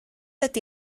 ydy